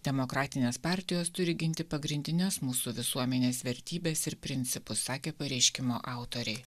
demokratinės partijos turi ginti pagrindines mūsų visuomenės vertybes ir principus sakė pareiškimo autoriai